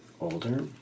Older